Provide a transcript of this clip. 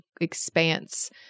expanse